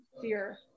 fear